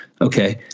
Okay